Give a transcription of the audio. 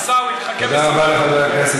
עיסאווי, תחכה בסבלנות,